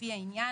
לפי העניין,